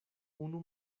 unu